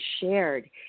shared